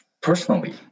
personally